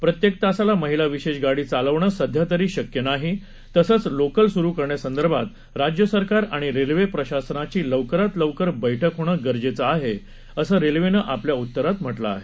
प्रत्येक तासाला महिला विशेष गाडी चालवणं सध्यातरी शक्य नाही तसंच लोकल स्रू करण्यासंदर्भात राज्य सरकार आणि रेल्वे प्रशासनाची लवकरात लवकर बैठक होणं गरजेचं आहे असं रेल्वनं आपल्या उत्तरात म्हटलं आहे